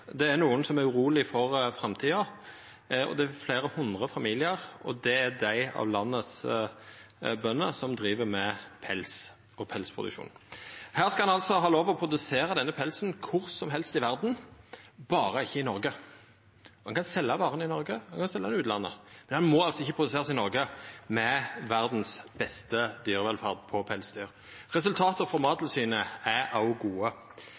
det er nokon som er urolege for framtida, det er fleire hundre familiar, og det er dei av landets bønder som driv med pels og pelsproduksjon. Ein skal altså ha lov til å produsera den pelsen kvar som helst i verda, berre ikkje i Noreg. Ein kan selja vara i Noreg, og ein kan selja ho i utlandet, men ho må altså ikkje produserast i Noreg, med verdas beste dyrevelferd for pelsdyr. Resultata frå Mattilsynet er òg gode.